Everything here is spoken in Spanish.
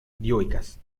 dioicas